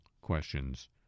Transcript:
questions